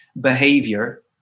behavior